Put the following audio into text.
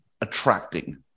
attracting